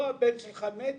לא הבן שלך מת,